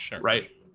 Right